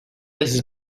his